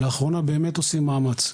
לאחרונה באמת עושים מאמץ,